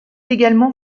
également